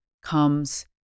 comes